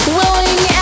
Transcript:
willing